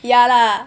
ya lah